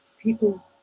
people